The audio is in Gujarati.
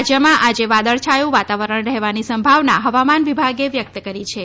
રાજ્યમાં આજે વાદળછાયું વાતાવરણ રહેવાની સંભાવના હવામાન વિભાગે વ્યક્ત કરી છે